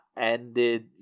ended